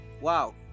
wow